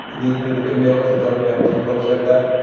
the, you know, the big mailers, the junk mail or some folks like that,